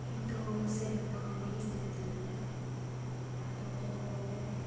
ᱤᱧᱫᱚ ᱥᱮᱨᱮᱧ ᱫᱚ ᱫᱚᱢᱮᱜᱮ ᱥᱮᱨᱮᱧ ᱥᱟᱱᱟᱧᱟ ᱟᱫᱚ